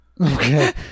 Okay